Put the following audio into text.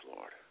Lord